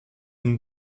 une